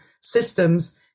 systems